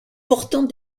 portant